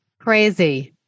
Crazy